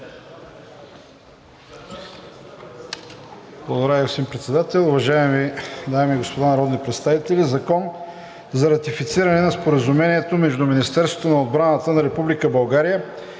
Благодаря Ви, господин Председател. Уважаеми дами и господа народни представители! „Закон за ратифициране на Споразумението между Министерството на отбраната на Република България